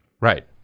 Right